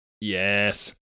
Yes